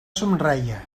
somreia